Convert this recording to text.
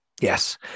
Yes